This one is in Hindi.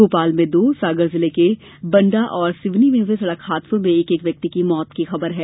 भोपाल में दो सागर जिले के बंडा और सिवनी में हुए सड़क हादसों में एक एक व्यक्ति की मौत की खबर है